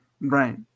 Right